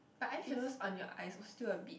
her eyes shadows on your eyes was still a bit